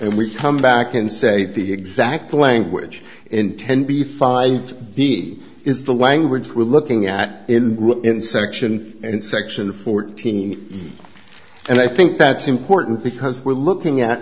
and we come back and say the exact language in ten b five b is the language we're looking at in section and section fourteen and i think that's important because we're looking at